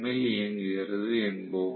ல் இயங்குகிறது என்போம்